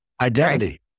identity